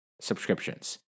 subscriptions